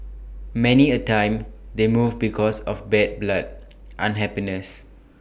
many A time they move because of bad blood unhappiness